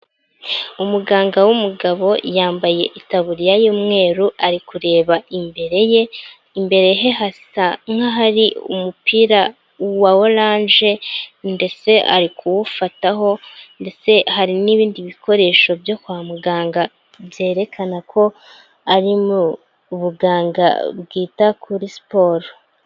Umuganga w'umugabo yambaye itaburiya y'umweru ari kureba imbere ye, imbere he hasa nk'ahari umupira wa oranje ndetse ari kuwufataho ndetse hari n'ibindi bikoresho byo kwa muganga byerekana ko ari mu buganga bwita kuri siporo.